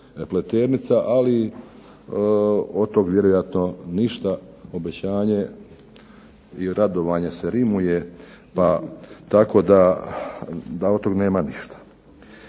Našice-Pleternica ali o tome vjerojatno ništa obećanje i radovanje se rimuje tako da od toga nema ništa.